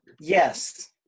Yes